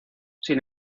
sin